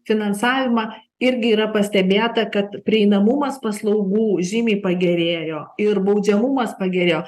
finansavimą irgi yra pastebėta kad prieinamumas paslaugų žymiai pagerėjo ir baudžiamumas pagerėjo